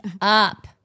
up